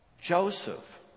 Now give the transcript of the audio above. Joseph